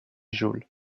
jules